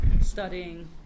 studying